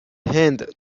هند